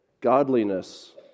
godliness